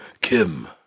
Kim